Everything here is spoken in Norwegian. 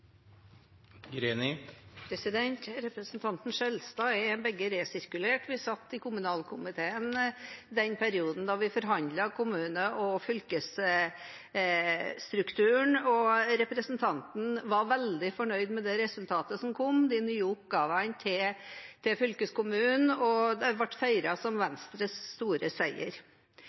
begge resirkulert. Vi satt i kommunalkomiteen i den perioden da vi forhandlet kommune- og fylkesstrukturen, og representanten var veldig fornøyd med det resultatet som kom, de nye oppgavene til fylkeskommunen, og det ble feiret som Venstres store seier.